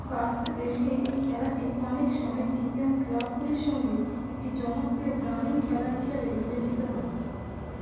বাস্ক দেশে এই খেলাটি অনেক সমিতি এবং ক্লাবগুলির সঙ্গে একটি জনপ্রিয় গ্রামীণ খেলা হিসাবে বিবেচিত হয়